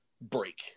break